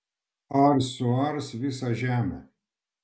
ar suars visą žemę